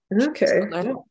okay